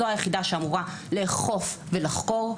זו היחידה שאמורה לאכוף ולחקור.